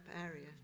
area